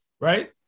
Right